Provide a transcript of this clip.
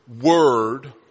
word